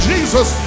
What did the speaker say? Jesus